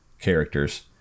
characters